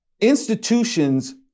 Institutions